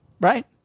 Right